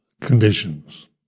conditions